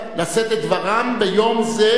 לשאת את דברם ביום זה,